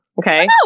Okay